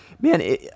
Man